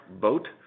boat